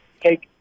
take